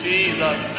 Jesus